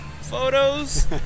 photos